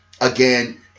again